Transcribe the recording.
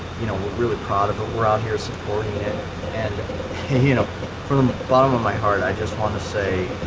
you know, we're really prodigal we're out here supporting it and and you know from the bottom of my heart i just want to say